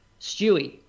Stewie